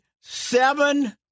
seven